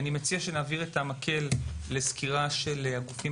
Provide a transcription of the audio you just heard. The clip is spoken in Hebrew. אני מציע שנעבור לסקירה של הגופים